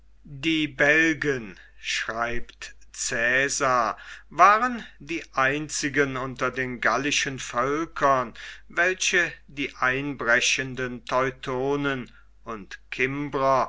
die belgen schreibt cäsar de bello gall waren die einzigen unter den gallischen völkern welche die einbrechenden teutonen und cimbrer